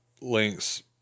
links